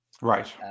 Right